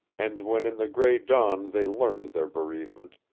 and when in the gray dawn they learned their bereavement,